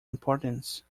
importance